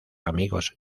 amigos